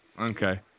Okay